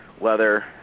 leather